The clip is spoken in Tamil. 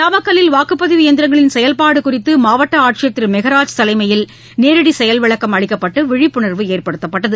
நாமக்கல்லில் வாக்குப்பதிவு இயந்திரங்களின் செயல்பாடுகுறித்துமாவட்டஆட்சியர் திருமெகராஜ் தலைமையில் நேரடி செயல் விளக்கம் அளிக்கப்பட்டு விழிப்புணர்வு ஏற்படுத்தப்பட்டது